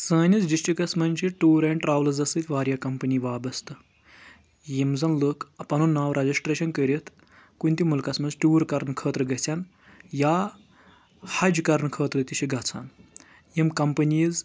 سٲنِس ڈِسٹرکس منٛز چھِ ٹوٗر ایٚنٛڈ ٹرٛاولزس سۭتۍ واریاہ کمپَنی وابستہٕ یِم زن لُکھ پنُن ناو رجَسٹریٚشَن کٔرِتھ کُنہِ تہِ مُلکس منٛز ٹوٗر کرنہٕ خٲطرٕ گژھن یا حج کرنہٕ خٲطرٕ تہِ چھِ گژھان یِم کمپنییٖز